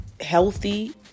healthy